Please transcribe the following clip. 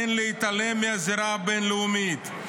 אין להתעלם מהזירה הבין-לאומית,